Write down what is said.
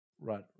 right